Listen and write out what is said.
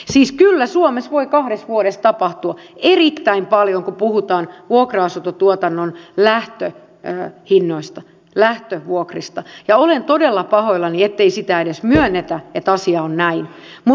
siis kyllä suomessa voi kahdessa vuodessa tapahtua erittäin paljon kun puhutaan vuokra asuntotuotannon lähtöhinnoista lähtövuokrista ja olen todella pahoillani ettei sitä edes myönnetä että asia on näin